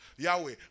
Yahweh